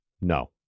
no